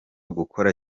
gukora